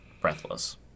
breathless